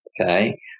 Okay